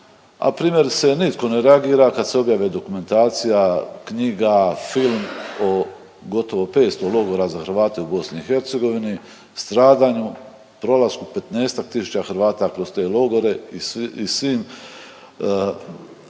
primjerice nitko ne reagira kad se objave dokumentacija, knjiga, film o gotovo 500 logora za Hrvate u BiH, stradanju, prolasku 15-tak tisuća Hrvata kroz te logore i svim